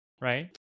right